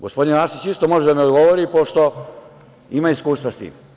Gospodin Arsić isto može da mi odgovori pošto ima iskustva sa tim.